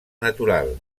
natural